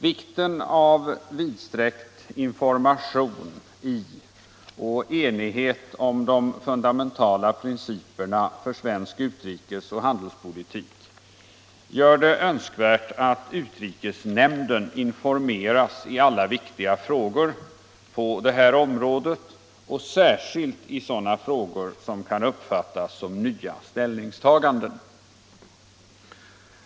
Vikten av vidsträckt information i och enighet om de fundamentala principerna för svensk utrikesoch handelspolitik gör det önskvärt att utrikesnämnden informeras i alla viktiga frågor på det här området och särskilt i sådana frågor som kan uppfattas som nya ställningstaganden.